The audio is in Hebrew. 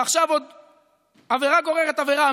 ועכשיו עבירה גוררת עבירה,